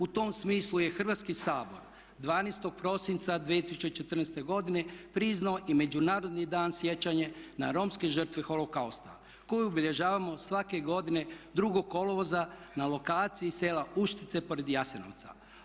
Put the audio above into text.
U tom smislu je Hrvatski sabor 12. prosinca 2014. godine priznao i Međunarodni dan sjećanja na romske žrtve holokausta koje obilježavamo svake godine 2. kolovoza na lokaciji sela Uštica pored Jasenovca.